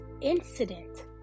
incident